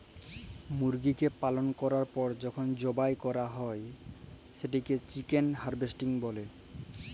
মুরগিকে পালল ক্যরার পর যখল জবাই ক্যরা হ্যয় সেটকে চিকেল হার্ভেস্টিং ব্যলে